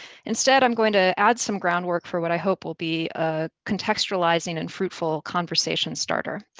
instead, i'm going to add some groundwork for what i hope will be a contextualizing and fruitful conversation starter.